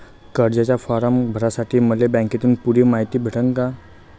कर्जाचा फारम भरासाठी मले बँकेतून पुरी मायती भेटन का?